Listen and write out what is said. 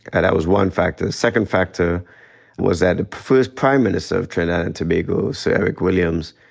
and that was one factor. the second factor was that the first prime minister of trinidad and tobago, sir eric williams,